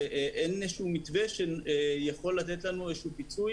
שאין מתווה שיכול לתת לנו פיצוי,